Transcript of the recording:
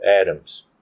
atoms